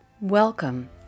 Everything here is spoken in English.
Welcome